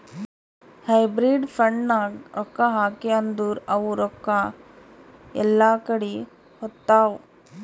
hybrid ಫಂಡ್ನಾಗ್ ರೊಕ್ಕಾ ಹಾಕಿ ಅಂದುರ್ ಅವು ರೊಕ್ಕಾ ಎಲ್ಲಾ ಕಡಿ ಹೋತ್ತಾವ್